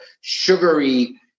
sugary